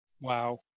Wow